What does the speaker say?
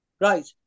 Right